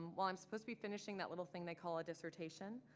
while i'm supposed to be finishing that little thing they call a dissertation,